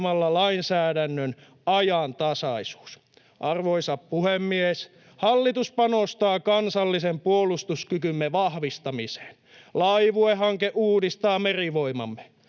lainsäädännön ajantasaisuus. Arvoisa puhemies! Hallitus panostaa kansallisen puolustuskykymme vahvistamiseen. Laivuehanke uudistaa merivoimamme.